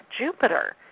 Jupiter